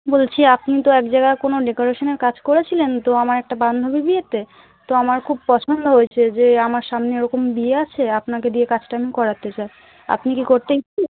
বলছি আপনি তো এক জায়গায় কোনো ডেকরেশানের কাজ করেছিলেন তো আমার একটা বান্ধবীর বিয়েতে তো আমার খুব পছন্দ হয়েছে যে আমার সামনে ওরকম বিয়ে আছে আপনাকে দিয়ে কাজটা আমি করাতে চাই আপনি কি করতে ইচ্ছুক